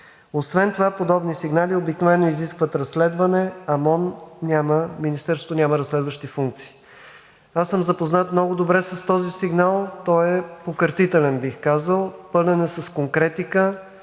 Освен това подобни сигнали обикновено изискват разследване, а МОН няма разследващи функции. Аз съм запознат много добре с този сигнал. Той е покъртителен, бих казал. Пълен е с конкретика,